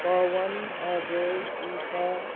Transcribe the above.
Pawan Ajay Isa